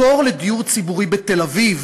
התור לדיור ציבורי בתל-אביב